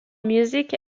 music